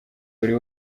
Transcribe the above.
buri